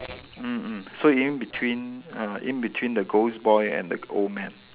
mm mm so in between err in between the ghost boy and the old man